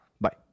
Bye